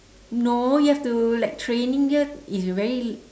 no you have to like training dia is very